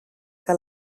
que